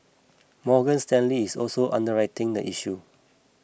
Morgan Stanley is also underwriting the issue